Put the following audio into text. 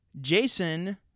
Jason